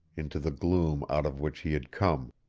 into the gloom out of which he had come.